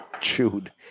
chewed